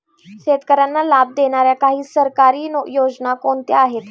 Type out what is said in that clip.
शेतकऱ्यांना लाभ देणाऱ्या काही सरकारी योजना कोणत्या आहेत?